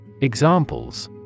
Examples